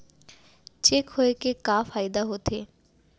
Cheque होए के का फाइदा होथे?